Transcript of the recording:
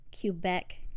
Quebec